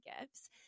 gifts